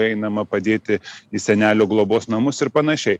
einama padėti į senelių globos namus ir panašiai